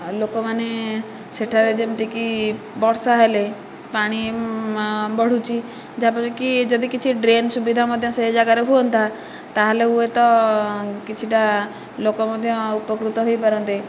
ଆଉ ଲୋକମାନେ ସେଠାରେ ଯେମିତି କି ବର୍ଷା ହେଲେ ପାଣି ବଢ଼ୁଛି ଯାହାଫଳରେ କି ଯଦି କିଛି ଡ୍ରେନ ସୁବିଧା ସେ ଯାଗାରେ ହୁଅନ୍ତା ତା'ହେଲେ ହୁଏତ କିଛିଟା ଲୋକ ମଧ୍ୟ ଉପକୃତ ହୋଇପାରନ୍ତେ